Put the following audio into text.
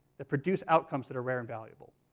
that produce outcomes that are rare and valuable,